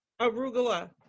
arugula